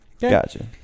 Gotcha